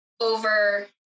over